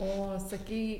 o sakei